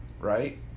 right